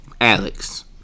Alex